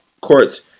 courts